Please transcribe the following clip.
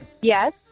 Yes